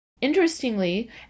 Interestingly